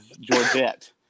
Georgette